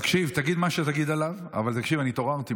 תגיד מה שתגיד עליו, אבל תקשיב, אני התעוררתי.